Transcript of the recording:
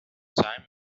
time